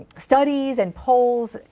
studies and polls,